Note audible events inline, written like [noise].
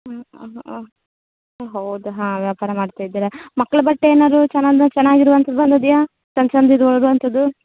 ಹ್ಞೂ [unintelligible] ಹೌದು ಹಾಂ ವ್ಯಾಪಾರ ಮಾಡ್ತ ಇದ್ದೀರ ಮಕ್ಳ ಬಟ್ಟೆ ಏನಾದ್ರು ಚೆನ್ನಾದ್ ಚೆನ್ನಾಗಿರುವಂಥದ್ ಬಂದಿದ್ಯ ಫಂಕ್ಷನ್ದು ಇದು [unintelligible] ಅಂಥದ್ದು